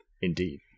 Indeed